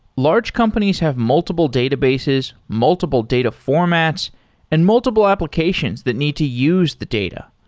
large companies have multiple databases, multiple data formats and multiple applications that need to use the data.